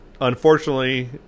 Unfortunately